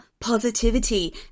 positivity